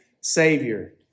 savior